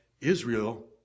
Israel